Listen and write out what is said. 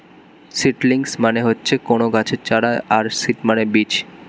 seedlings মানে হচ্ছে কোনো গাছের চারা আর সিড মানে বীজ